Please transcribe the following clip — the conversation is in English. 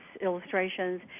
illustrations